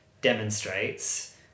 demonstrates